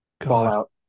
Fallout